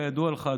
כידוע לך,